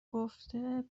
گفته